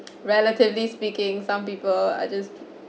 relatively speaking some people are just